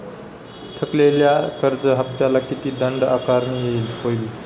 थकलेल्या कर्ज हफ्त्याला किती दंड आकारणी होईल?